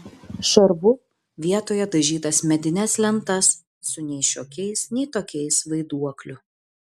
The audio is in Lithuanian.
šarvu vietoje dažytas medines lentas su nei šiokiais nei tokiais vaiduokliu